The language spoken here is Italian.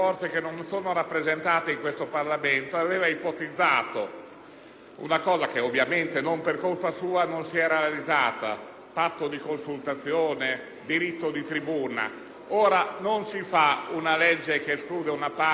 una cosa che non per colpa sua non si è realizzata. Mi riferisco al patto di consultazione e al diritto di tribuna. Ora, non si fa una legge che esclude una parte senza nemmeno consultare questa parte; bisognava avere la